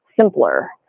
simpler